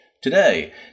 today